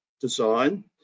design